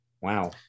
Wow